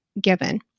given